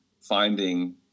finding